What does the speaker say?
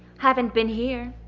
haven't been here,